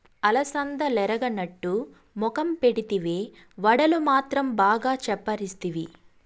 అలసందలెరగనట్టు మొఖం పెడితివే, వడలు మాత్రం బాగా చప్పరిస్తివి